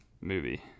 movie